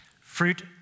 fruit